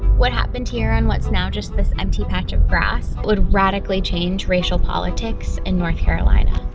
what happened here on what's now just this empty patch of grass would radically change racial politics in north carolina.